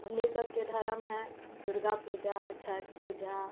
हमनी सबके धरम हय दुर्गा पूजा छठ पूजा